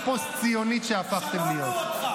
הפוסט-ציונית שהפכתם להיות.